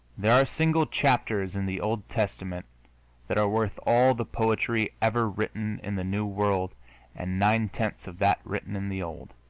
there are single chapters in the old testament that are worth all the poetry ever written in the new world and nine-tenths of that written in the old.